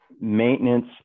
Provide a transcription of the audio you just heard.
maintenance